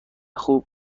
خوب